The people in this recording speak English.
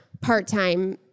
part-time